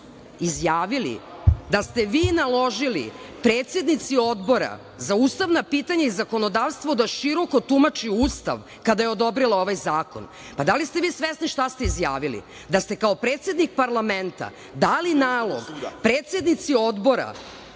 izjavili da ste vi naložili predsednici Odbora za ustavna pitanja i zakonodavstvo da široko tumači Ustav kada je odobrila ovaj zakon. Da li ste vi svesni šta ste izjavili? Da ste kao predsednik parlamenta dali nalog predsednici odbora